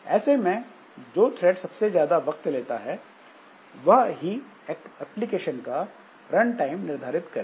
ऐसे में जो थ्रेड सबसे ज्यादा वक्त लेता है वह एप्लीकेशन का रनटाइम निर्धारित करेगा